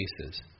cases